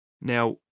Now